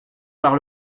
par